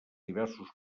diversos